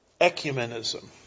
ecumenism